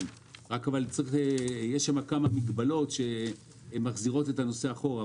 כן, רק יש שם כמה מגבלות שמחזירות את הנושא אחורה.